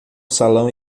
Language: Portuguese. salão